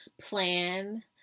plan